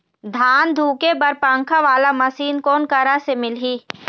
धान धुके बर पंखा वाला मशीन कोन करा से मिलही?